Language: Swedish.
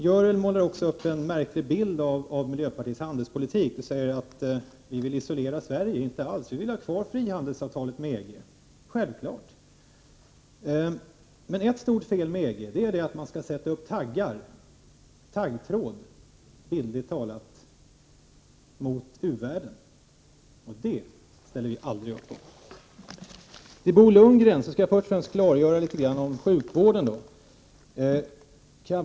Görel Thurdin målar också upp en märklig bild av miljöpartiets handelspolitik och säger att vi vill isolera Sverige. Inte alls! Vi vill självfallet ha kvar frihandelsavtalet med EG. Men ett stort fel med EG är att man skall sätta upp taggtråd, bildligt talat, mot u-världen, och det ställer vi aldrig upp på. Jag vill för Bo Lundgren först och främst klargöra sjukvården.